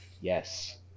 Yes